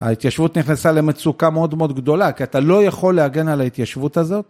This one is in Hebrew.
ההתיישבות נכנסה למצוקה מאוד מאוד גדולה כי אתה לא יכול להגן על ההתיישבות הזאת